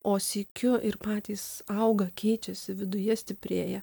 o sykiu ir patys auga keičiasi viduje stiprėja